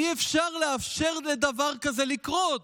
אי-אפשר לאפשר לדבר כזה לקרות